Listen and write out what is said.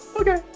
Okay